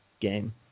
Game